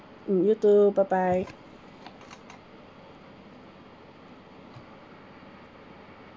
hmm you too bye bye